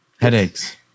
Headaches